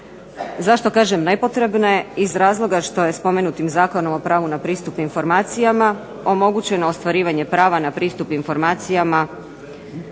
Zašto kažem nepotrebne? Iz razloga što je spomenutim Zakonom o pravu na pristup informacijama omogućeno ostvarivanje prava na pristup informacijama